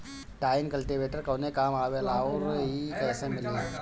Tine cultivator कवने काम आवेला आउर इ कैसे मिली?